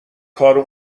کار